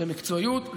במקצועיות,